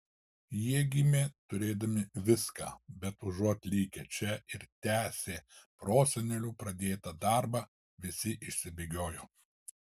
jie gimė turėdami viską bet užuot likę čia ir tęsę prosenelių pradėtą darbą visi išsibėgiojo